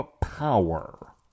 power